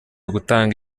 gutanga